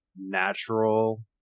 natural